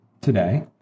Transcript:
today